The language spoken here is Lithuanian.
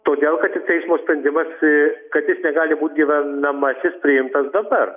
todėl kad tik teismo sprendimas kad jis negali būt gyvenamasis priimtas dabar